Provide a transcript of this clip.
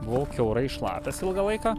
buvau kiaurai šlapias ilgą laiką